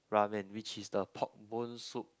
ramen which is the pork bone soup